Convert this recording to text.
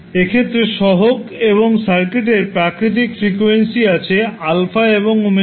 এক্ষেত্রে সহগ এবং সার্কিটের প্রাকৃতিক ফ্রিকোয়েন্সি আছেα এবং ω0